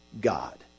God